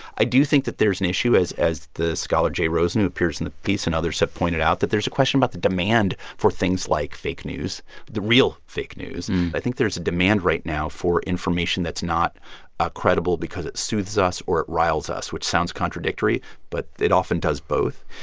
i do think that there is an issue, as as the scholar jay rosen, who appears in the piece, and others have pointed out, that there's a question about the demand for things like fake news the real fake news i think there's a demand right now for information that's not ah credible because it soothes us or it riles us, which sounds contradictory but it often does both.